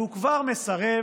והוא כבר מסרב